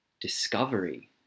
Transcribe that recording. discovery